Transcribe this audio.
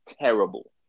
terrible